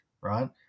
right